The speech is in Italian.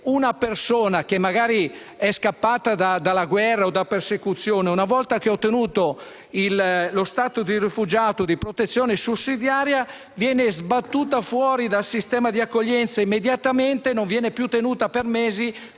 una persona che magari è scappata dalla guerra o da persecuzione, una volta che ha ottenuto lo *status* di rifugiato, di protezione sussidiaria, venga sbattuta immediatamente fuori dal sistema di accoglienza e non venga più tenuta per mesi